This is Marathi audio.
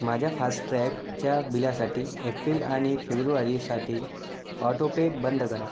माझ्या फास्ट्रॅगच्या बिलासाठी एप्रिल आणि फेब्रुवारीसाठी ऑटो पे बंद करा